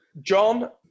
John